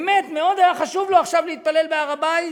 באמת מאוד היה חשוב לו עכשיו להתפלל בהר-הבית?